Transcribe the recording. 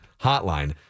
hotline